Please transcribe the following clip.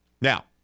Now